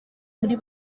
muri